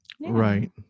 Right